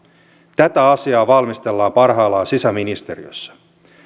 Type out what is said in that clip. tätä asiaa valmistellaan parhaillaan sisäministeriössä